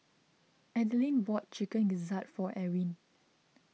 Adline bought Chicken Gizzard for Ewin